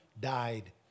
died